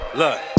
look